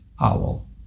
owl